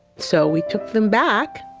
so we took them back,